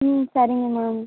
ம் சரிங்க மேம்